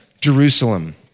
Jerusalem